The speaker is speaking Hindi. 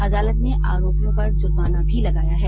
अदालत ने आरोपियों पर जुर्माना भी लगया है